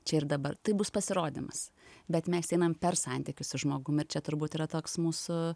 čia ir dabar tai bus pasirodymas bet mes einam per santykius su žmogumi ir čia turbūt yra toks mūsų